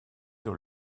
dans